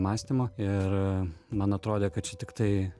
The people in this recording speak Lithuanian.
mąstymo ir man atrodė kad čia tiktai